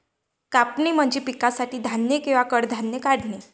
कापणी म्हणजे पिकासाठी धान्य किंवा कडधान्ये काढणे